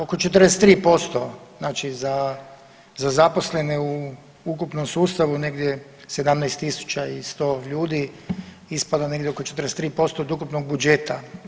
Oko 43% znači za zaposlene, u ukupnom sustavu negdje 17.100 ljudi ispada negdje oko 43% od ukupnog budžeta.